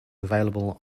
available